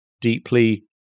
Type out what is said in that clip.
deeply